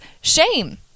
shame